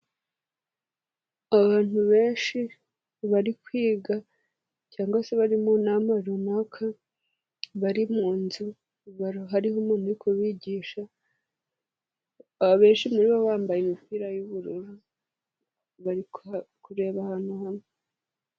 Abantu benshi bari kwiga cyangwa se bari mu nama runaka, bari mu nzu, hariho umuntu uri kubigisha, abenshi muri bo bambaye imipira y'ubururu, bari kureba ahantu hamwe.